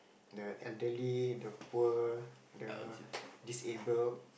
the elderly the poor the disabled